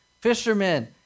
fishermen